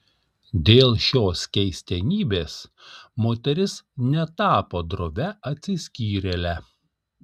dėl šios keistenybės moteris netapo drovia atsiskyrėle